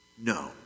No